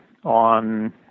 On